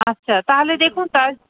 আচ্ছা তাহলে দেখুন তাই